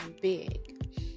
big